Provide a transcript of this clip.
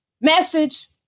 Message